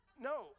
no